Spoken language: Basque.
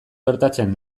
gertatzen